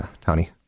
Tony